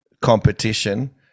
competition